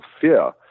fear